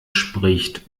spricht